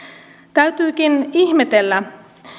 täytyykin ihmetellä